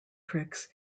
tricks